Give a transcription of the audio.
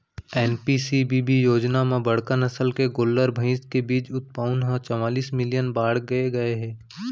NPCBB योजना म बड़का नसल के गोल्लर, भईंस के बीज उत्पाउन ह चवालिस मिलियन बाड़गे गए हे